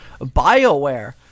BioWare